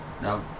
No